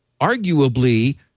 Arguably